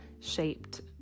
shaped